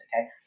Okay